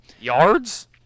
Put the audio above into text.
Yards